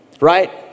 right